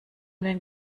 den